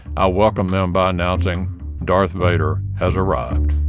i welcomed them by announcing darth vader has arrived